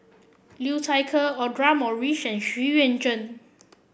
Liu Thai Ker Audra Morrice and Xu Yuan Zhen